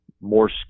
more